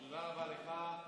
תודה רבה לך.